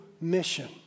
mission